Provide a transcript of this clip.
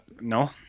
No